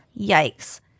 Yikes